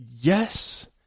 Yes